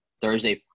Thursday